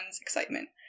excitement